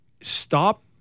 stop